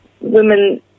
women